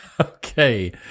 Okay